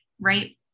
right